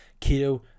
Keto